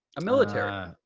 a military,